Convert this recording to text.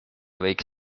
võiks